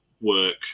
work